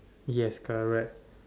yes correct